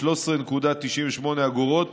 13.98 אגורות